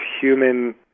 human